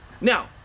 Now